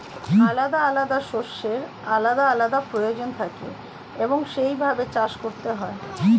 আলাদা আলাদা শস্যের আলাদা আলাদা প্রয়োজন থাকে এবং সেই ভাবে চাষ করতে হয়